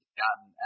gotten